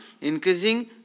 increasing